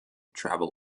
travel